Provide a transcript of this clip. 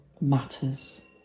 matters